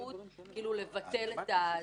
סמכות לבטל.